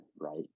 right